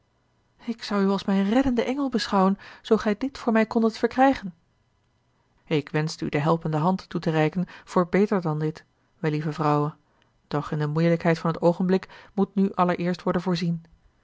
ik zou u als mijn reddenden engel beschouwen zoo gij dit voor mij kondet verkrijgen ik wenschte u de helpende hand toe te reiken voor beter dan dit wellieve vrouwe doch in de moeielijkheid van t oogenblik moet nu allereerst worden voorzien